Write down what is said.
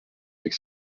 avec